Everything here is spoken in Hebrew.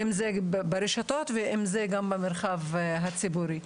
אם זה ברשתות ואם זה גם במרחב הציבורי,